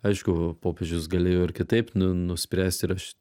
aišku popiežius galėjo ir kitaip nuspręst ir aš